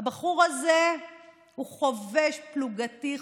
הבחור הזה הוא חובש פלוגתי,